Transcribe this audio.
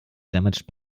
damaged